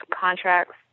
contracts